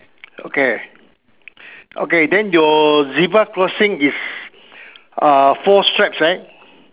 okay okay then your zebra crossing is uh four stripes right